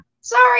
sorry